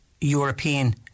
European